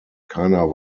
keiner